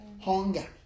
hunger